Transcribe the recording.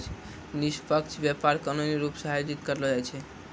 निष्पक्ष व्यापार कानूनी रूप से आयोजित करलो जाय छै